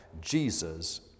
Jesus